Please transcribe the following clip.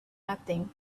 nothing